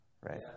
right